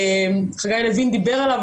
חגי לוין דיבר עליו,